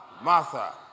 Martha